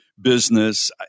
business